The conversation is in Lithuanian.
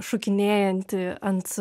šokinėjanti ant